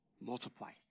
Multiply